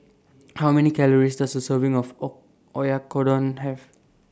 How Many Calories Does A Serving of O Oyakodon Have